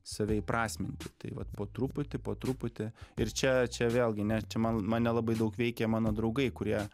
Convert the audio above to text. save įprasminti tai vat po truputį po truputį ir čia čia vėlgi ne čia man nelabai daug veikia mano draugai kurie